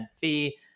fee